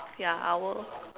ya hour lor